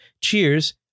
Cheers